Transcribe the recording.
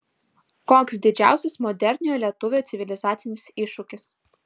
koks didžiausias moderniojo lietuvio civilizacinis iššūkis